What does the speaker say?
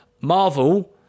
Marvel